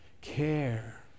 care